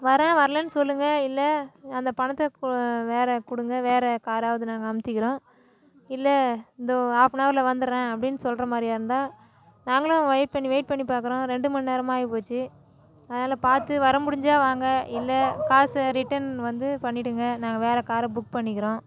வரேன் வரலன்னு சொல்லுங்கள் இல்லை அந்த பணத்தை வேற ககொடுங்க வேற காராவது நாங்கள் அமுத்திக்கிறோம் இல்லை தோ ஆஃபனவரில் வந்துடுறேன் அப்படின்னு சொல்கிற மாதிரியா இருந்தால் நாங்களும் வெய்ட் பண்ணி வெய்ட் பண்ணி பார்க்குறோம் ரெண்டு மணி நேரமும் ஆகிப்போச்சி அதனால பார்த்து வர முடிஞ்சா வாங்க இல்லை காசு ரிட்டர்ன் வந்து பண்ணிடுங்க நாங்கள் வேற காரை புக் பண்ணிக்கிறோம்